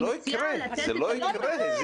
זה לא יקרה, זה לא יקרה.